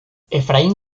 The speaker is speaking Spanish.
efraín